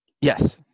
Yes